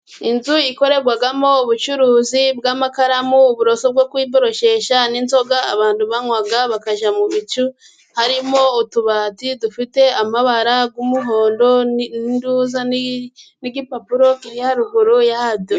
Inzu ikorerwamo ubucuruzi bw'amakaramu, uburoso bwo kwiboroshesha, n'inzoga abantu banywa bakajya mu bicu, harimo utubati dufite amabara y'umuhondo, n'intuza n'igipapuro kiri haruguru yabyo.